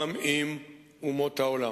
גם עם אומות העולם.